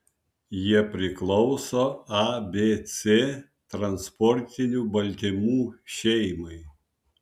jie priklauso abc transportinių baltymų šeimai